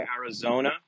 arizona